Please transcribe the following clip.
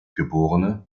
geb